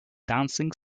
dancing